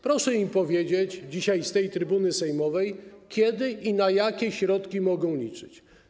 Proszę im powiedzieć dzisiaj z trybuny sejmowej, kiedy i na jakie środki mogą liczyć.